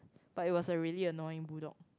but it was really a annoying bull dog